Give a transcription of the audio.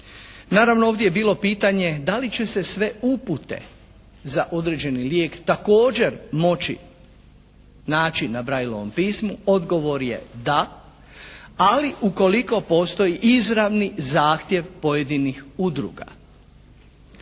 Naravno ovdje je bilo pitanje da li će se sve upute za određeni lijek također moći naći na Brailleovom pismu odgovor je da, ali ukoliko postoji izravni zahtjev pojedinih udruga.